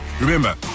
Remember